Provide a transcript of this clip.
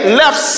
left